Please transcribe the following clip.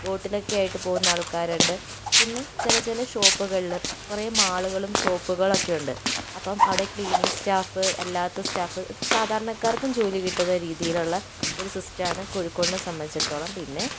ബോട്ടിലോക്കെ ആയിട്ട് പോകുന്ന ആൾക്കാരുണ്ട് പിന്നെ ചില ചില ഷോപ്പുകള് കുറേ മാളുകളും ഷോപ്പുകളും ഒക്കെയുണ്ട് അപ്പം അവിടെ ക്ലീനിങ് സ്റ്റാഫ് അല്ലാത്ത സ്റ്റാഫ് സാധാരണക്കാർക്കും ജോലി കിട്ടുന്ന രീതിയിലുള്ള ഒരു സിസ്റ്റമാണ് കോഴിക്കോടിനെ സംബന്ധിച്ചിടത്തോളം പിന്നെ